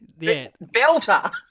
Belter